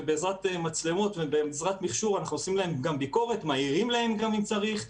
ובעזרת מצלמות ובעזרת מכשור אנחנו עושים ביקורת וגם מעירים להם אם צריך.